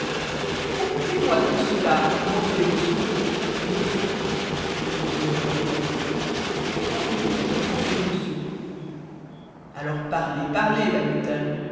contez-moi donc cela à moins que l'émotion l'émotion répondit le hollandais et pourquoi voulez-vous que je ressente de l'émotion alors parlez parlez